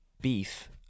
beef